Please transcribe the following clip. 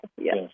Yes